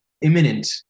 imminent